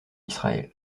israël